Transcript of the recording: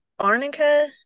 arnica